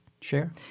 share